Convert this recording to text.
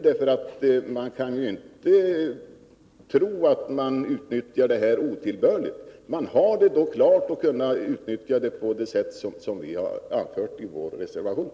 Vi kan inte tro att detta utnyttjas på ett otillbörligt sätt, utan det hade varit bra att ha allt klart för att kunna utnyttja det på det sätt vi anfört i vår reservation.